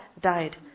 died